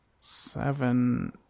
seven